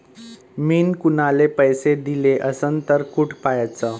मिन कुनाले पैसे दिले असन तर कुठ पाहाचं?